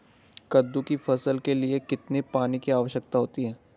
कद्दू की फसल के लिए कितने पानी की आवश्यकता होती है?